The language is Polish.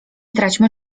traćmy